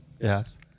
yes